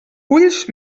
ulls